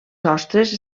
sostres